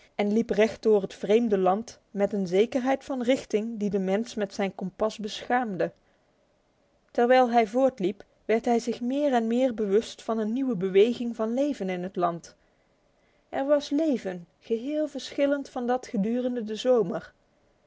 en liep recht door het vreemde land met een zekerheid van richting die den mens met zijn kompas beschaamde terwijl hij voortliep werd hij zich meer en meer bewust van een nieuwe beweging van leven in het land er was leven geheel verschillend van dat gedurende de zomer